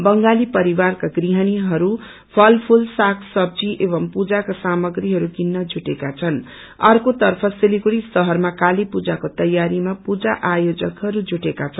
बंगाली परिवारका गृहणीहरू फलफूल सागसब्जी एंव पूजाका सामग्रीहरू किन्न जुटेका छन् अर्को तर्फ सिलगड़ी शहरमा कालीपूजाको तैयारिमा पू आयोजकहरू जुटेका छन्